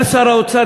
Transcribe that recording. אומר שר האוצר,